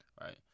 Right